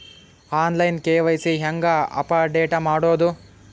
On line KYC ಹೇಂಗ update ಮಾಡೋದು?